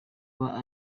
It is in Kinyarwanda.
baba